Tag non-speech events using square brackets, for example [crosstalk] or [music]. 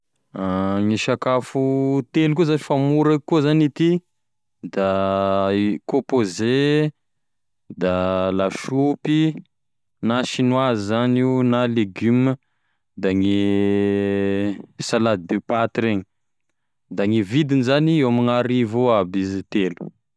[hesitation] Gne sakafo telo koa zash fa mora koa zany ity da e kômpôze, da lasopy na chinoise zany io na legioma, da gne [hesitation] salade de paty reny da gne vidigny zany eo amign'arivo eo aby izy telo.